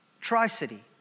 tri-city